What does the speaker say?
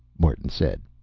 martin said.